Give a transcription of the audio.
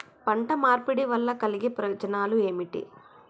పంట మార్పిడి వల్ల కలిగే ప్రయోజనాలు ఏమిటి?